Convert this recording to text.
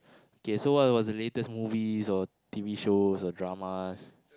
K so what was the latest movies or T_V shows or dramas